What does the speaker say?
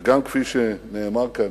וגם כפי שנאמר כאן,